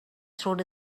through